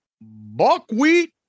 buckwheat